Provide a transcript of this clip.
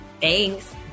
Thanks